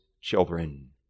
children